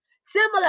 similar